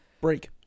break